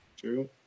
True